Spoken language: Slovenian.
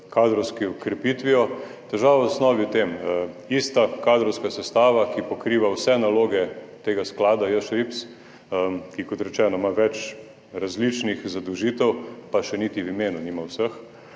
kadrovsko okrepitvijo. Težava je v osnovi v tem, ista kadrovska sestava, ki pokriva vse naloge tega sklada, JŠRIPS, ki, kot rečeno, ima več različnih zadolžitev, pa še niti v imenu nima vseh,